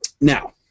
Now